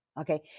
okay